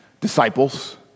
Disciples